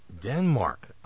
denmark